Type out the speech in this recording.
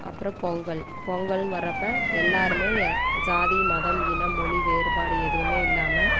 அப்புறம் பொங்கல் பொங்கல்னு வரப்போ எல்லோருமே எ ஜாதி மதம் இனம் மொழி வேறுபாடு எதுவும் இல்லாமல்